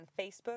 facebook